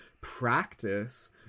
practice